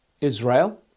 Israel